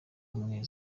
ubumwe